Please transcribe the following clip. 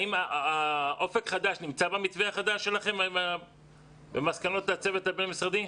האם אופק חדש נמצא במתווה החדש שלכם במסקנות הצוות הבין-משרדי?